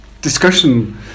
discussion